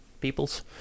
peoples